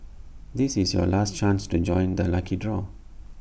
this is your last chance to join the lucky draw